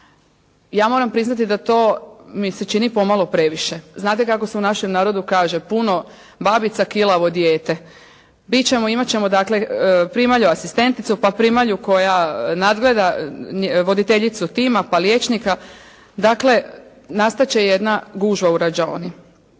Ja moram priznati da to mi se čini pomalo previše. Znate kako se u našem narodu kaže "puno babica, kilavo dijete". Imati ćemo dakle primalju asistenticu, pa primalju koja nadgleda voditeljicu tima, pa liječnika, dakle nastati će jedna gužva u rađaoni.